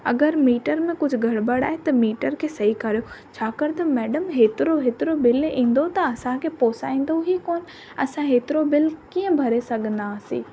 अगरि मीटर में कुझु गड़बड़ आहे त मीटर खे सही कयो छाकाणि त मैडम हेतिरो हेतिरो बिल ईंदो त असांखे पोसाईंदो ई कोन असां हेतिरो बिल कीअं भरे सघंदासीं